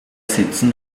sitzen